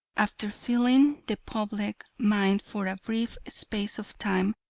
after filling the public mind for a brief space of time,